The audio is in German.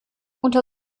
unter